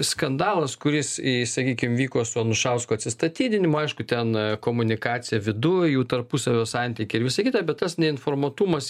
skandalas kuris į sakykim vyko su anušausko atsistatydinimu aišku ten komunikacija viduj jų tarpusavio santykiai ir visa kita bet tas neinformuotumas